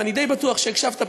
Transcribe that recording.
ואני די בטוח שהקשבת,